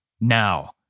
Now